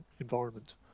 environment